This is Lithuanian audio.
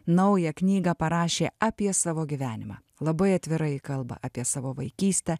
naują knygą parašė apie savo gyvenimą labai atvirai kalba apie savo vaikystę